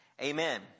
Amen